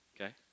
Okay